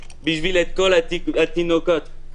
אלא לכל התינוקות.